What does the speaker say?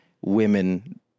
women